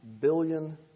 billion